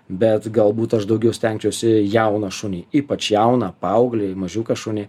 bet galbūt aš daugiau stengčiausi jauną šunį ypač jauną paauglį mažiuką šunį